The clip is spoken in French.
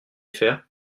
faire